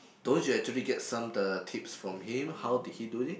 don't you actually get some the tips from him how did he do it